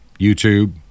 youtube